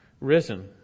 risen